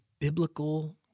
biblical